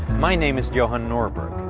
my name is johan norberg,